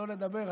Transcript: לא לדבר,